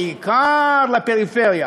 בעיקר לפריפריה.